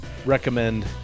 recommend